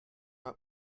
hat